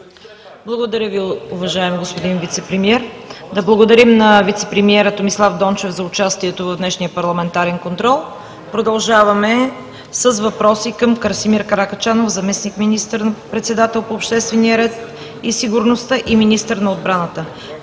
Благодаря Ви, уважаеми господин Вицепремиер. Благодарим на вицепремиера Томислав Дончев за участието му в днешния парламентарен контрол. Продължаваме с въпроси към Красимир Каракачанов – заместник министър-председател по обществения ред и сигурността и министър на отбраната.